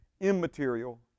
immaterial